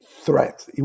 threat